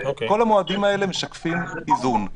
כל המועדים האלה משקפים איזון.